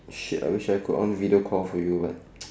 shit we should have put on the video call for you but